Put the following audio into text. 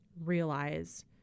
realize